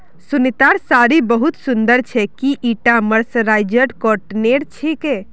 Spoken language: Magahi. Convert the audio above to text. सुनीतार साड़ी बहुत सुंदर छेक, की ईटा मर्सराइज्ड कॉटनेर छिके